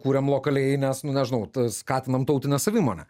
kuriam lokaliai nes nu nežinau skatinam tautinę savimonę